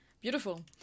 Beautiful